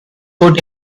put